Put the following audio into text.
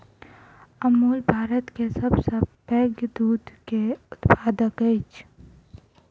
अमूल भारत के सभ सॅ पैघ दूध के उत्पादक अछि